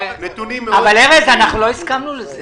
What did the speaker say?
ארז, לא הסכמנו לזה.